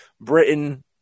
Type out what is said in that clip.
Britain